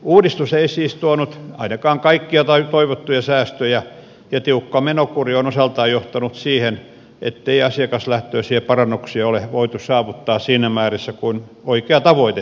uudistus ei siis tuonut ainakaan kaikkia toivottuja säästöjä ja tiukka menokuri on osaltaan johtanut siihen ettei asiakaslähtöisiä parannuksia ole voitu saavuttaa siinä määrässä kuin oikea tavoite toki oli